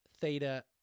theta